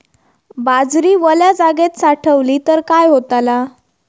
बाजरी वल्या जागेत साठवली तर काय होताला?